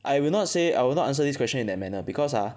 I will not say I will not answer this question in that manner because ah